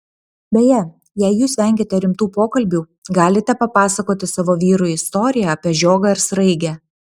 beje jei jūs vengiate rimtų pokalbių galite papasakoti savo vyrui istoriją apie žiogą ir sraigę